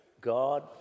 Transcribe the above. God